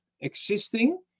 existing